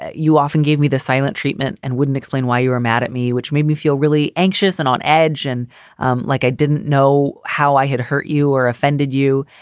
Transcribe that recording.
you often gave me the silent treatment and wouldn't explain why you were mad at me, which made me feel really anxious and on edge. and um like i didn't know how i had hurt you or offended you.